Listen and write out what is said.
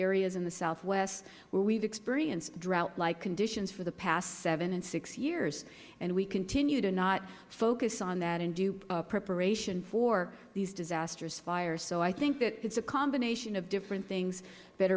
areas in the southwest where we have experienced drought like conditions for the past seven and six years and we continue to not focus on that and do preparation for these disastrous fires so i think that it is a combination of different things